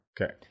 Okay